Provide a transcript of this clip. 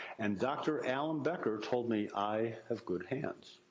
and dr. alan becker told me i have good hands.